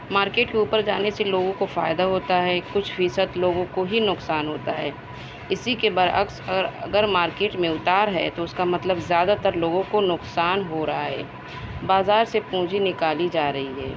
market کے اوپر جانے سے لوگوں کو فائدہ ہوتا ہے کچھ فیصد لوگوں کو ہی نقصان ہوتا ہے اسی کے برعکس اگر مارکیٹ میں اتار ہے تو اس کا مطلب زیادہ تر لوگوں کو نقصان ہو رہا ہے بازار سے پونجی نکالی جا رہی ہے